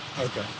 Okay